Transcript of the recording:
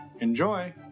Enjoy